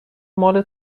مال